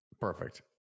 perfect